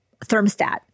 thermostat